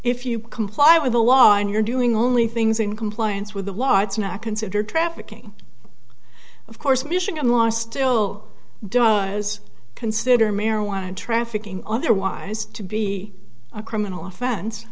if you comply with the law and you're doing only things in compliance with the law it's not considered trafficking of course michigan law still does consider marijuana trafficking otherwise to be a criminal offense